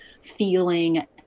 feeling